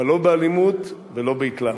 אבל לא באלימות ולא בהתלהמות.